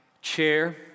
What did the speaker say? chair